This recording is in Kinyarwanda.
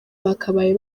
bakabaye